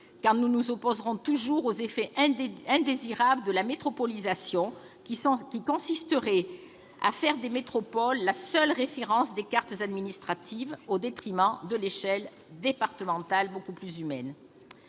car nous nous opposerons toujours aux effets indésirables de la métropolisation, qui consisteraient à faire des métropoles la seule référence des cartes administratives au détriment de l'échelle départementale, laquelle est beaucoup plus humaine.